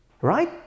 right